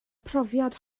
profiad